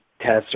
tests